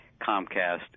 Comcast